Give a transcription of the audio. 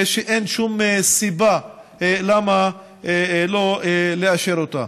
ושאין שום סיבה שלא לאשר אותה.